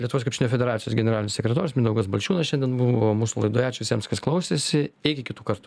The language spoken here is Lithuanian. lietuvos krepšinio federacijos generalinis sekretorius mindaugas balčiūnas šiandien buvo mūsų laidoje ačiū visiems kas klausėsi iki kitų kartų